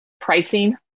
pricing